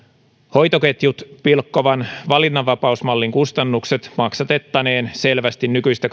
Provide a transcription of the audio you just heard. hoitoketjut pilkkovan valinnanvapausmallin kustannukset maksatettaneen selvästi nykyistä